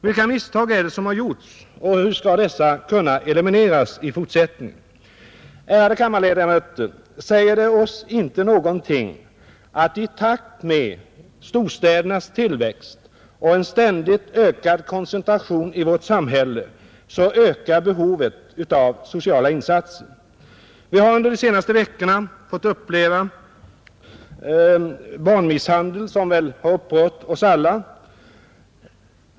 Vilka misstag är det som har gjorts, och hur skall dessa kunna elimineras i framtiden? Ärade kammarledamöter! Säger det inte oss någonting, att i takt med storstädernas tillväxt och en ständigt ökad koncentration i samhället så ökar behovet av sociala insatser? Vi har under de senaste veckorna fått uppleva fall av barnmisshandel, som väl har upprört oss alla.